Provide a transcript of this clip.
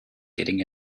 getting